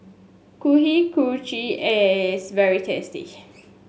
Kuih Kochi is very tasty